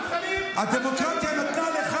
אתה כלום, אין לך עמדה.